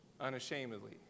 unashamedly